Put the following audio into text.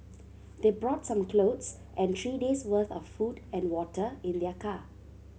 they brought some clothes and three days' worth of food and water in their car